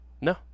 No